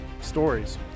stories